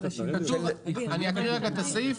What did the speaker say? אני אקריא את הסעיף.